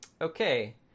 Okay